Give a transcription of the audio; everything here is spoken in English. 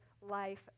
life